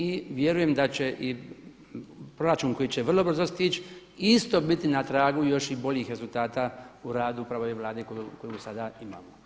I vjerujem da će i proračun koji će vrlo brzo stići isto biti na tragu još i boljih rezultata u radu upravo i ove Vlade koju sada imamo.